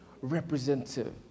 representative